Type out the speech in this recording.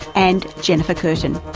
and jennifer curtin.